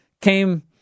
Came